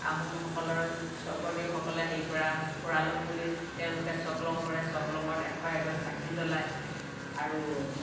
আহোমসকলৰ স্বৰ্গদেউসকলে সেই কৰা ফুৰালোং বুলি তেওঁলোকে চকলং কৰে চকলঙত এশ এগছ চাকি জ্বলাই আৰু